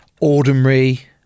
ordinary